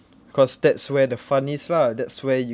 because that's where the fun is lah that's where you